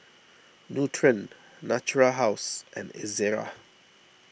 Nutren Natura House and Ezerra